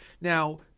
Now